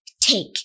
take